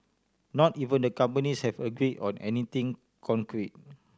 not even the companies have agree on anything concrete